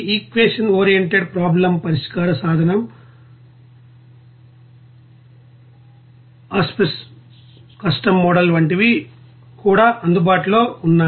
equation oriented problem పరిష్కార సాధనం Aspen custom model వంటివి కూడా అందుబాటులో ఉన్నాయి